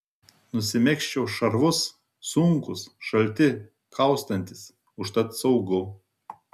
nusimegzčiau šarvus sunkūs šalti kaustantys užtat saugu